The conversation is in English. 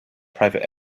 private